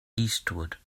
eastward